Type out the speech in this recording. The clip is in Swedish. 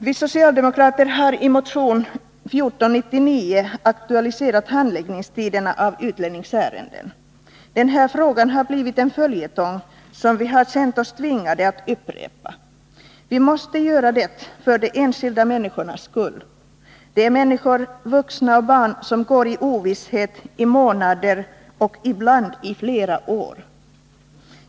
Vi socialdemokrater har i motion 1499 aktualiserat handläggningstiderna när det gäller utlänningsärenden. Den här frågan har blivit en följetong, som vi har känt oss tvingade att upprepa. Vi måste göra det för de enskilda människornas skull. Det finns människor, vuxna och barn, som går i ovisshet i månader och ibland i flera år.